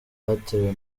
batewe